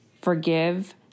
forgive